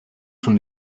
from